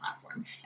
platform